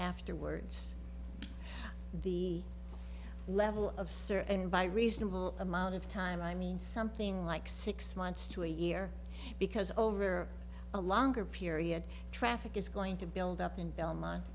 afterwards the level of service and by reasonable amount of time i mean something like six months to a year because over a longer period traffic is going to build up in belmont